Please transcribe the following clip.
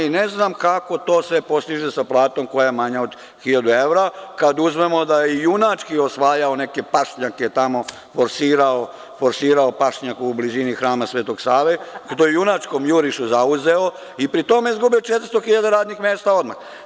Ne znam kako to sve postiže sa platom koja je manja od 1.000 evra, kada uzmemo da je junački osvaja neke pašnjake tamo, forsirao pašnjak u blizini Hrama Svetog Save, u tom junačkom jurišu zauzeo i pri tome izgubio 400.000 radnih mesta odmah.